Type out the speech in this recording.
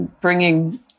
bringing